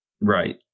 Right